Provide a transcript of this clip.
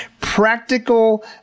Practical